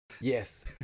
Yes